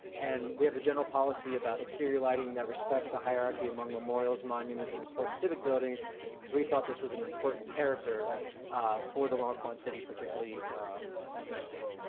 and we have a general policy about exterior lighting that respects the hierarchy among memorials, monuments, and important civic buildings because we thought this was an important character for the l'enfant city, particularly at nighttime.